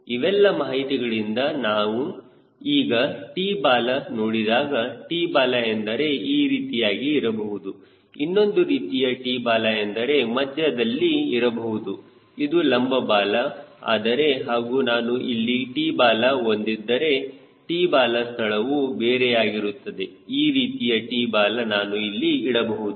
ಇವೆಲ್ಲ ಮಾಹಿತಿಗಳಿಂದ ನಾನು ಈಗ T ಬಾಲ ನೋಡಿದಾಗ T ಬಾಲ ಎಂದರೆ ಈ ರೀತಿಯಾಗಿ ಇರಬಹುದು ಇನ್ನೊಂದು ರೀತಿಯ T ಬಾಲ ಎಂದರೆ ಮಧ್ಯದಲ್ಲಿ ಇರಬಹುದು ಇದು ಲಂಬ ಬಾಲ ಆದರೆ ಹಾಗೂ ನಾನು ಇಲ್ಲಿ T ಬಾಲ ಒಂದಿದ್ದರೆ T ಬಾಲದ ಸ್ಥಳವು ಬೇರೆಯಾಗಿರುತ್ತದೆ ಈ ರೀತಿಯ T ಬಾಲ ನಾನು ಇಲ್ಲಿ ಇಡಬಹುದು